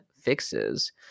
fixes